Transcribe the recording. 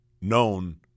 known